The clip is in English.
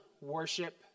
worship